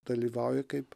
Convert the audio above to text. dalyvauja kaip